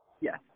yes